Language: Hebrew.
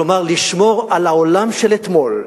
כלומר לשמור על העולם של אתמול,